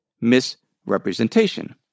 misrepresentation